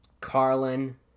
Carlin